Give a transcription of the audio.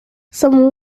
some